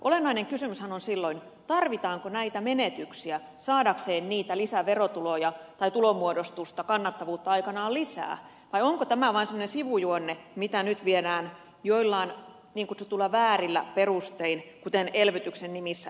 olennainen kysymyshän on silloin tarvitaanko näitä menetyksiä jotta saadaan niitä lisäverotuloja tai tulonmuodostusta kannattavuutta aikanaan lisää vai onko tämä vaan semmoinen sivujuonne mitä nyt viedään eteenpäin joillain niin kutsutuilla väärillä perusteilla kuten elvytyksen nimissä